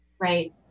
right